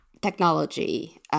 technology